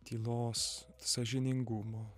tylos sąžiningumo